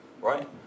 right